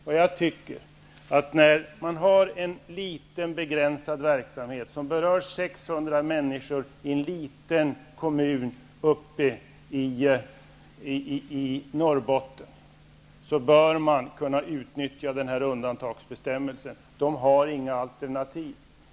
När det finns en liten begränsad verksamhet, som berör 600 människor i en liten kommun i Norrbotten, bör denna undantagsbestämmelse kunna utnyttjas. De har inga alternativ.